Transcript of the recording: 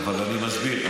אבל אני מסביר,